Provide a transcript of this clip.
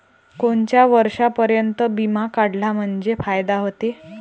कोनच्या वर्षापर्यंत बिमा काढला म्हंजे फायदा व्हते?